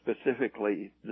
specifically